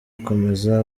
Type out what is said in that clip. akomeza